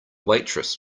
waitress